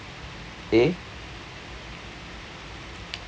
A